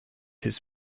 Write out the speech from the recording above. his